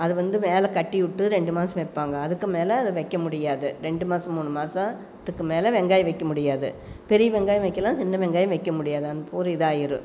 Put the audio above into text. அது வந்து மேலே கட்டி விட்டு ரெண்டு மாசம் வைப்பாங்க அதுக்கு மேலே அதை வைக்க முடியாது ரெண்டு மாதம் மூணு மாதத்துக்கு மேலே வெங்காயம் வைக்க முடியாது பெரிய வெங்காயம் வைக்கலாம் சின்ன வெங்காயம் வைக்க முடியாது அது ஒரு இதாகிடும்